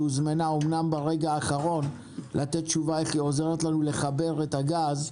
שהוזמנה אמנם ברגע האחרון לתת תשובה איך היא עוזרת לנו לחבר את הגז,